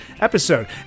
episode